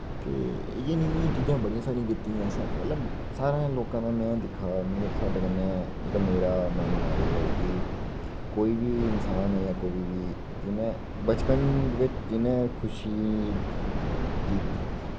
ते इयै नेही चीजां बड़ियां सारी कितियां असें मतलब सारे लोकें दा मैं दिक्खे दा मेरे स्हाबें कन्नै जेह्का मेरा मन एह् ऐ कि कोई बी इंसान ऐ जां कोई बी जिन्नै बचपन बिच्च जि'नेंगी खुशी जी